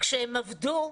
כשהם עבדו,